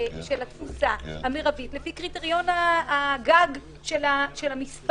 התפוסה המרבית לפי קריטריון הגג של המספר.